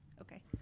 okay